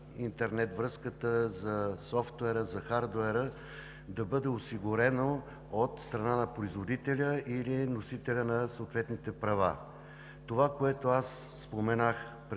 за интернет връзката, за софтуера, за хардуера да бъдат осигурени от страна на производителя или от носителя на съответните права. Това, което споменах пред